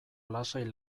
lasai